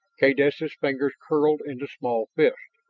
kaydessa's fingers curled into small fists.